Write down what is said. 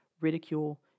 ridicule